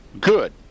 good